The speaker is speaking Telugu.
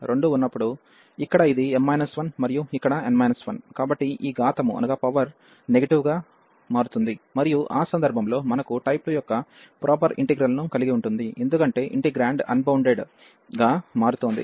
ఇక్కడ ఇది m 1 మరియు ఇక్కడ n 1 కాబట్టి ఈ ఘాతము లు నెగటివ్ గా మారతాయి మరియు ఆ సందర్భంలో మనకు టైప్ 2 యొక్క ప్రాపర్ ఇంటిగ్రల్ ను కలిగి ఉంటుంది ఎందుకంటే ఇంటిగ్రేండ్ అన్బౌండెడ్ గా మారుతోంది